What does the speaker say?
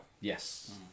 Yes